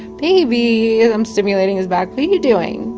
baby as i'm stimulating his back what are you doing?